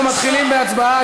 אנחנו מתחילים בהצבעה.